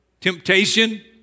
temptation